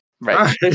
Right